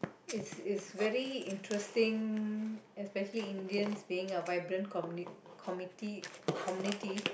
it's it's very interesting especially Indians being a vibrant communi~ committee community